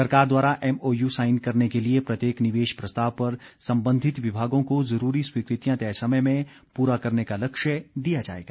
सरकार द्वारा MOU sign करने के लिये प्रत्येक निवेश प्रस्ताव पर सम्बंधित विभागों को जरूरी स्वीकृतियां तय समय में पूरा करने का लक्ष्य दिया जाएगा